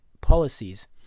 policies